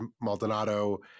Maldonado